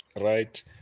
right